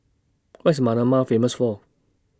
What IS Manama Famous For